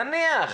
נניח